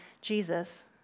Jesus